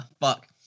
fuck